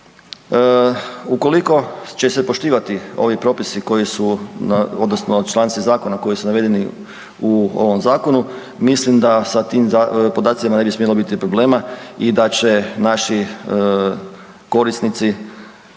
Ukoliko će se poštivati ovi propisi odnosno članci zakona koji su navedeni u ovom zakonu mislim da sa tim podacima na bi smjelo biti problema i da će naši korisnici